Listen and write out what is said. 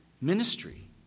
ministry